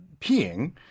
peeing